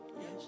Yes